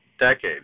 decades